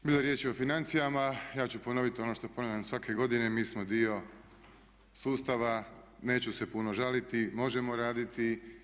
Bilo je riječi o financijama, ja ću ponoviti ono što ponavljam svake godine mi smo dio sustava, neću se puno žaliti, možemo raditi.